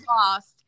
lost